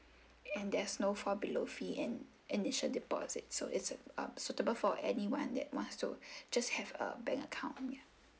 and there's no fall below fee and initial deposit so it's uh suitable for anyone that wants to just have a bank account